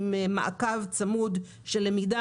עם מעקב צמוד של ועדה,